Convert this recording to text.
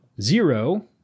zero